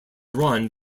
run